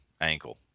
ankle